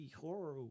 horror